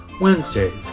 Wednesdays